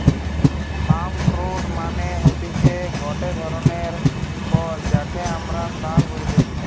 পাম fruit মানে হতিছে গটে ধরণের ফল যাকে আমরা তাল বলতেছি